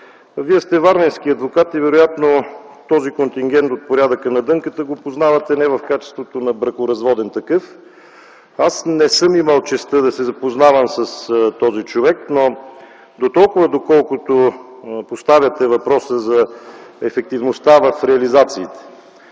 Вие сте варненски адвокат и вероятно този контингент от порядъка на Дънката го познавате не в качеството на бракоразводен такъв. Аз не съм имал честта да се запознавам с този човек, но доколкото поставяте въпроса за ефективността в реализации,